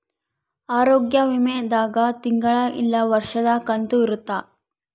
ಆರೋಗ್ಯ ವಿಮೆ ದಾಗ ತಿಂಗಳ ಇಲ್ಲ ವರ್ಷದ ಕಂತು ಇರುತ್ತ